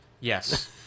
Yes